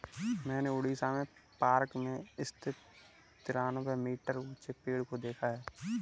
मैंने उड़ीसा में पार्क में स्थित तिरानवे मीटर ऊंचे पेड़ को देखा है